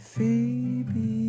Phoebe